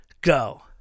go